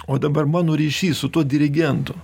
o dabar mano ryšys su tuo dirigentu